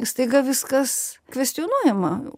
staiga viskas kvestionuojama